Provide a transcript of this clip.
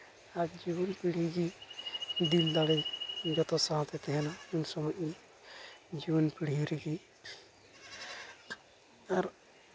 ᱟᱨ ᱡᱩᱣᱟᱹᱱ ᱯᱤᱲᱦᱤ ᱜᱮ ᱫᱤᱞ ᱫᱟᱲᱮ ᱡᱚᱛᱚ ᱥᱟᱶᱛᱮ ᱛᱟᱦᱮᱱᱟ ᱩᱱ ᱥᱚᱢᱚᱭ ᱡᱩᱣᱟᱹᱱ ᱯᱤᱲᱦᱤ ᱨᱮᱜᱮ ᱟᱨ